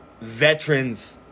veterans